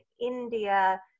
India